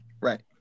Right